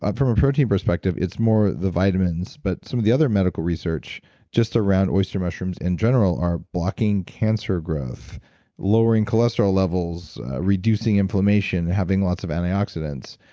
ah from a protein perspective it's more the vitamin's but some of the other medical research just around oyster mushrooms in general are blocking cancer growth lowering cholesterol levels, reducing inflammation, having lots of anti-oxidants.